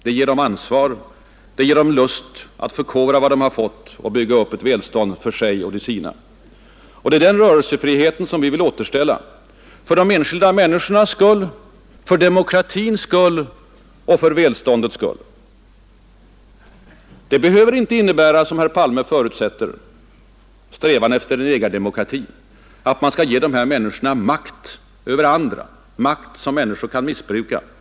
Det ger dem ansvar och lust att förkovra vad de har fått och att bygga upp ett välstånd för sig och de sina. Det är alltså den rörelsefriheten som vi vill återställa för de enskilda människornas skull, för demokratins skull och för välståndets skull. Strävan efter ägardemokrati behöver inte innebära, som herr Palme förutsätter, att man skall ge dessa människor makt över andra, en makt som kan missbrukas.